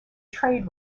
trade